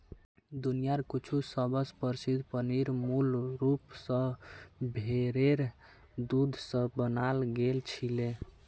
दुनियार कुछु सबस प्रसिद्ध पनीर मूल रूप स भेरेर दूध स बनाल गेल छिले